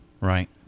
Right